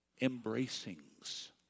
embracings